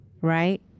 right